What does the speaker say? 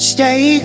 Stay